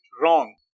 wrong